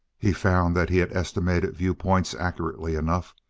he found that he had estimated viewpoints accurately enough.